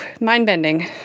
mind-bending